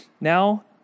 Now